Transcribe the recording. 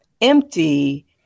empty